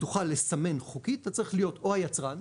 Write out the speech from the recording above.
תוכל לסמן חוקית אתה צריך להיות או היצרן,